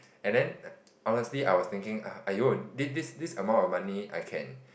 and then honestly I was thinking !aiyo! this this amount of money I can